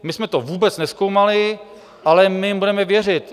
My jsme to vůbec nezkoumali, ale my jim budeme věřit.